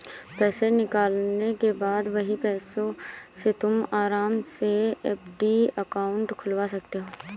पैसे निकालने के बाद वही पैसों से तुम आराम से एफ.डी अकाउंट खुलवा सकते हो